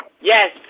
Yes